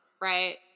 Right